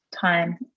time